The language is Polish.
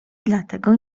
dlatego